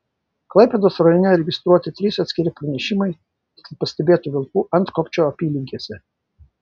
klaipėdos rajone registruoti trys atskiri pranešimai dėl pastebėtų vilkų antkopčio apylinkėse